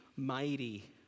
mighty